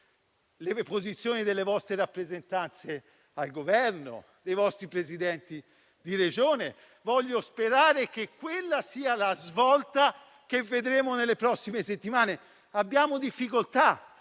le posizioni delle vostre rappresentanze al Governo, dei vostri Presidenti di Regione, voglio sperare che quella sia la svolta che vedremo nelle prossime settimane. Abbiamo difficoltà